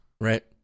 Right